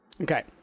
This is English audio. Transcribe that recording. Okay